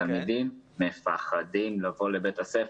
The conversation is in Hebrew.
תלמידים פוחדים להגיע לבית הספר,